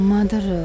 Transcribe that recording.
Mother